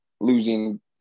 losing –